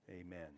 Amen